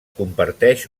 comparteix